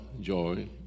joy